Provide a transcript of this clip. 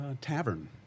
tavern